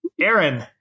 Aaron